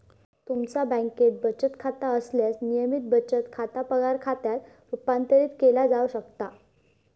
तुमचा बँकेत बचत खाता असल्यास, नियमित बचत खाता पगार खात्यात रूपांतरित केला जाऊ शकता